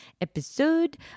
episode